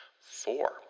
Four